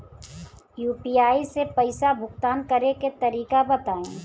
UPI से पईसा भुगतान करे के तरीका बताई?